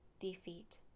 defeat